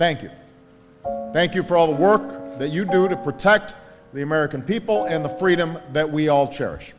thank you thank you for all the work that you do to protect the american people and the freedom that we all cherish